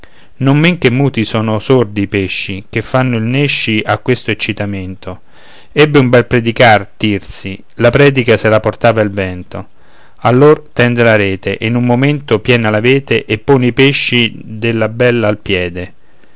non men che muti sono sordi i pesci che fanno il nesci a questo eccitamento ebbe un bel predicar tirsi la predica se la portava il vento allor tende la rete e in un momento piena la vede e pone i pesci della bella al piede